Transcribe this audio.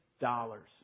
dollars